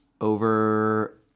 over